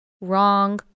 wrong